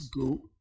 go